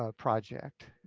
ah project,